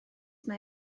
mae